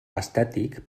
estètic